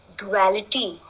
duality